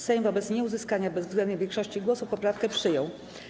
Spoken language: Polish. Sejm wobec nieuzyskania bezwzględnej większości głosów poprawkę przyjął.